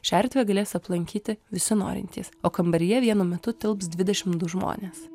šią erdvę galės aplankyti visi norintys o kambaryje vienu metu tilps dvidešim du žmonės